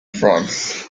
france